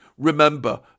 Remember